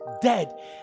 dead